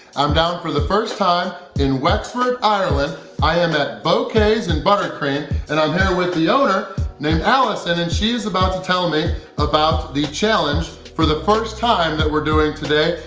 i'm down for the first time in wexford, ireland i am at bouquets and buttercream and i'm here with the owner named allison and she is about to tell me about the challenge for the first time that we're doing today?